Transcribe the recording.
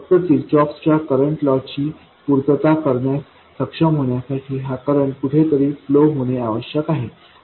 फक्त किर्चहोफच्या current law ची पूर्तता करण्यास सक्षम होण्यासाठी हा करंट कुठेतरी फ्लो होणे आवश्यक आहे